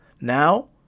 now